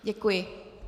Děkuji.